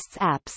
apps